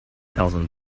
thousand